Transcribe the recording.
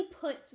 put